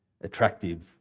attractive